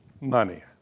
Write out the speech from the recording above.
money